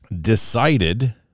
decided